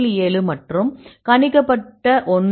7 மற்றும் கணிக்கப்பட்ட ஒன்று 0